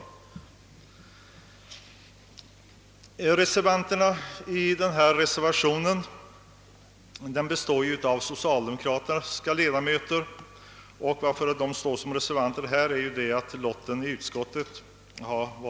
Bakom reservation I till bevillningsutskottets betänkande står de socialdemokratiska ledamöterna, som missgynnades av lotten.